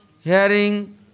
hearing